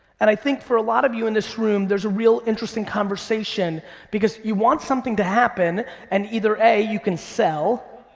and i think for a lot of you in this room, there's a real interesting conversation because you want something to happen and either a you can sell,